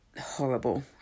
horrible